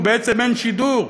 ובעצם אין שידור.